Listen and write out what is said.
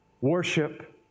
worship